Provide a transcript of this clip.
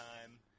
time